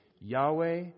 Yahweh